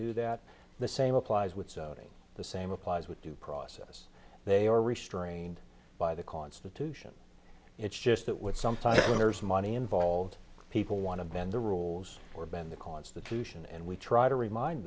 do that the same applies with zoning the same applies with due process they are restrained by the constitution it's just that with some time when there's money involved people want to bend the rules or bend the constitution and we try to remind